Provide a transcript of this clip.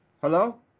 Hello